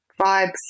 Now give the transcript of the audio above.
vibes